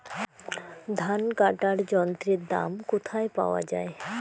ধান কাটার যন্ত্রের দাম কোথায় পাওয়া যায়?